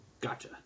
Gotcha